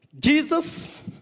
Jesus